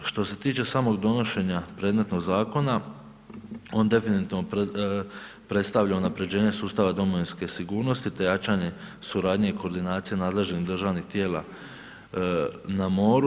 Što se tiče samog donošenja predmetnog zakona, on definitivno predstavlja unaprjeđenje sustava domovinske sigurnosti te jačanje suradnje i koordinacije nadležnih državnih tijela na moru.